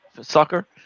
soccer